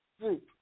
group